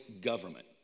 government